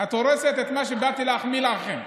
אתה הורסת את מה שבאתי להחמיא לכם.